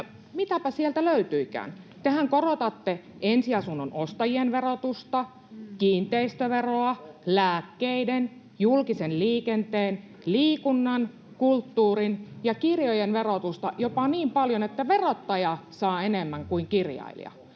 mitäpä sieltä löytyikään? Tehän korotatte ensiasunnon ostajien verotusta, kiinteistöveroa, lääkkeiden, julkisen liikenteen, liikunnan, kulttuurin ja kirjojen verotusta jopa niin paljon, että verottaja saa enemmän kuin kirjailija.